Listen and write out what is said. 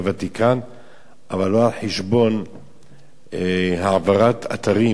אבל לא על חשבון העברת אתרים כל כך רגישים